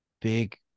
Big